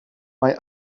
mae